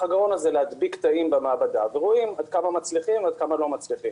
הגרון הזה להדביק תאים במעבדה ורואים עד כמה מצליחים או לא מצליחים.